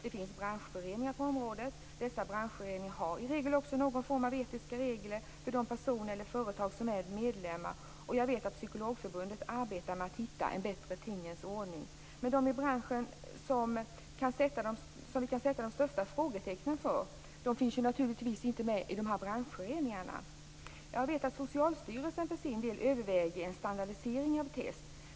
Det finns branschföreningar på området, och dessa branschföreningar har i regel någon form av etiska regler för de personer eller företag som är medlemmar. Jag vet också att psykologförbundet arbetar med att hitta en bättre tingens ordning. Men de i branschen som vi kan sätta de största frågetecknen för finns naturligtvis inte med i de här branschföreningarna. Jag vet att Socialstyrelsen för sin del överväger en standardisering av test.